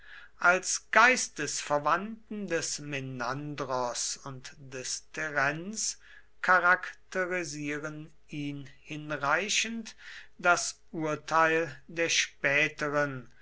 als geistesverwandten des menandros und des terenz charakterisieren ihn hinreichend das urteil der späteren